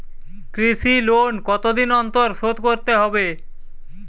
কৃষি লোন কতদিন অন্তর শোধ করতে হবে?